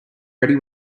ready